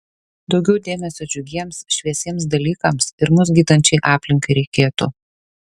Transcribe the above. daugiau dėmesio džiugiems šviesiems dalykams ir mus gydančiai aplinkai reikėtų